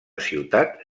ciutat